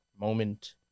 moment